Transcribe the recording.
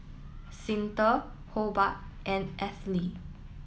Cyntha Hobart and Ethyle